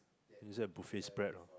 is it a buffet spread or not